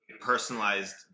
personalized